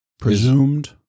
presumed